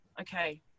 okay